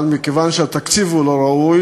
אבל כיוון שהתקציב לא ראוי,